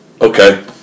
Okay